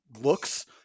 looks